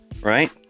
Right